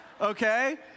okay